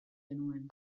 genuen